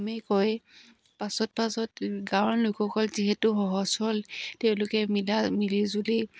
কমেই কয় পাছত পাছত গাঁৱৰ লোকসকল যিহেতু সহজ সৰল তেওঁলোকে মিলিজুলি